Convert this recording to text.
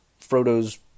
Frodo's